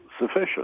sufficient